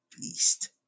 Beast